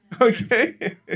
Okay